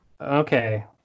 Okay